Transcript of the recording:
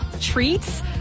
Treats